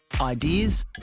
ideas